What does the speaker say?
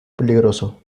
peligroso